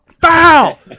foul